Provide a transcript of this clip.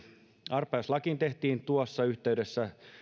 arpajaislakiin tehtiin tuossa yhteydessä